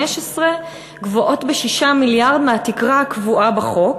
גבוהות ב-6 מיליארד מהתקרה הקבועה בחוק,